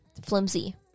flimsy